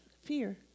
fear